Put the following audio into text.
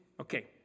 Okay